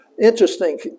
Interesting